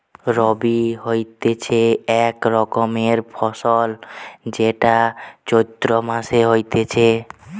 রবি হতিছে এক রকমের ফসল যেইটা চৈত্র মাসে হতিছে